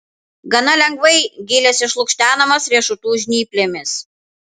gana lengvai gilės išlukštenamos riešutų žnyplėmis